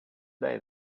day